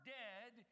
dead